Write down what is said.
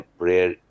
prayer